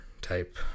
type